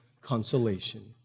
consolation